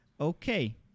okay